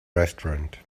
restaurant